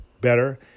better